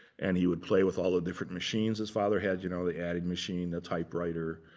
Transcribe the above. and he would play with all the different machines his father had. you know, the added machine, the typewriter.